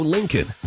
Lincoln